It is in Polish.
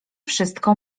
wszystko